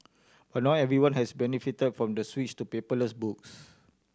but not everyone has benefited from the switch to paperless books